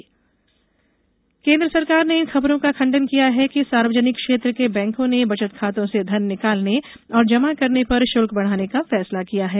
फैक्टा check bank केन्द्र सरकार ने इन खबरों का खंडन किया है कि सार्वजनिक क्षेत्र के बैंकों ने बचत खातों से धन निकालने और जमा करने पर शुल्क बढाने का फैसला किया है